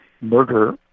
murder